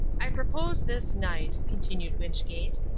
i propose this night, continued wynchgate,